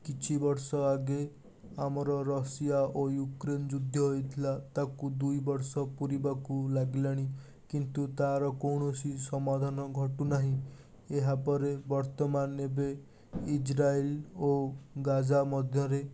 କିଛି ବର୍ଷ ଆଗେ ଆମର ରଷିଆ ଓ ୟୁକ୍ରେନ ଯୁଦ୍ଧ ହୋଇଥିଲା ତାକୁ ଦୁଇବର୍ଷ ପୁରିବାକୁ ଲାଗିଲାଣି କିନ୍ତୁ ତା'ର କୌଣସି ସମାଧାନ ଘଟୁନାହିଁ ଏହାପରେ ବର୍ତ୍ତମାନ ଏବେ ଇଜ୍ରାଇଲ୍ ଓ ଗାଜା ମଧ୍ୟରେ